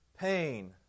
pain